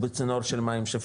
למי שצריך את זה,